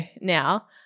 now